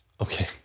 okay